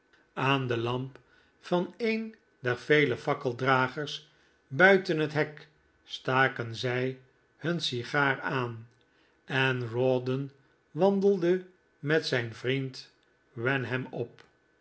aan de lamp van een der vele fakkeldragers buiten het hek staken zij hun sigaar aan en rawdon wandelde met zijn vriend wenham op